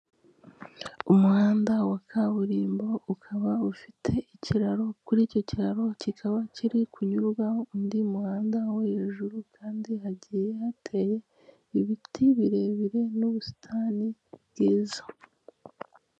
Umuhanda wa kaburimbo ukaba ufite ikiraro, kuri icyo kiraro kikaba kiri kunyurwaho undi muhanda wo hejuru kandi hagiye hateye ibiti birebire n'ubusitani bwiza.